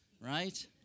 right